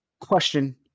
question